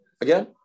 Again